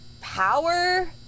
power